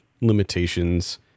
limitations